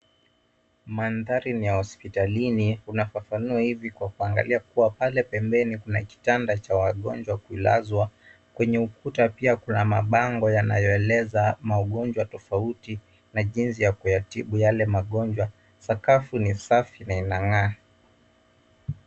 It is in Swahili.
Mandhari ni ya hospitalini. Unafafanua hivi kwa kuangalia kuwa pale pembeni kuna kitanda cha wagonjwa kulazwa. Kwenye ukuta pia kuna mabango yanayoeleza magonjwa tofauti na jinsi ya kuyatibu yale magonjwa. Sakafu ni safi na inang'aa.